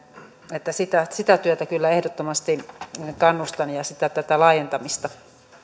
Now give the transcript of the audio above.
että sitä että sitä työtä kyllä ehdottomasti kannustan ja ja tätä laajentamista